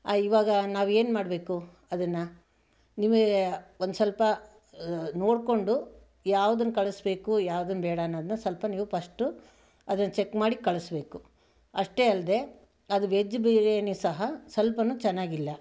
ಇವಾಗ ನಾವು ಏನು ಮಾಡಬೇಕು ಅದನ್ನು ನೀವೇ ಒಂದ್ಸ್ವಲ್ಪ ನೋಡಿಕೊಂಡು ಯಾವುದನ್ನು ಕಳಿಸ್ಬೇಕು ಯಾವುದನ್ನು ಬೇಡ ಅನ್ನೋದನ್ನು ಸ್ವಲ್ಪ ನೀವು ಪಸ್ಟು ಅದನ್ನು ಚೆಕ್ ಮಾಡಿ ಕಳಿಸ್ಬೇಕು ಅಷ್ಟೇ ಅಲ್ಲದೆ ಅದು ವೆಜ್ ಬಿರಿಯಾನಿ ಸಹ ಸ್ವಲ್ಪನೂ ಚೆನ್ನಾಗಿಲ್ಲ